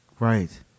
Right